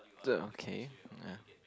okay ya